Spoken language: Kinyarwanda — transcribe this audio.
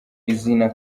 izina